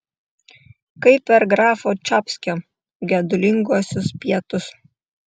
kaip per grafo čapskio gedulinguosius pietus